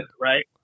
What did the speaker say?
Right